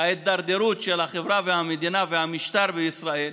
ההידרדרות של החברה והמדינה והמשטר בישראל